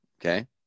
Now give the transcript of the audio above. okay